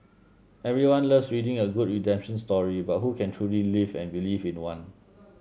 everyone loves reading a good redemption story but who can truly live and believe in one